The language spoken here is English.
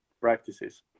practices